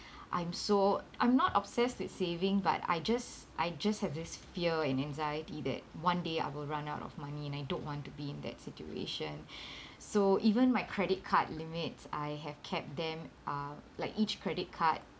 I'm so I'm not obsessed with saving but I just I just have this fear and anxiety that one day I will run out of money and I don't want to be in that situation so even my credit card limits I have kept them uh like each credit card